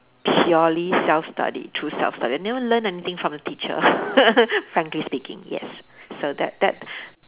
purely self study through self study I never learn anything from the teacher frankly speaking yes so that that